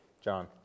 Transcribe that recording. John